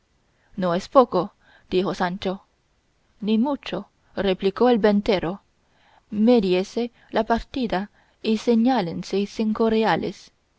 no es poco dijo sancho ni mucho replicó el ventero médiese la partida y señálensele cinco reales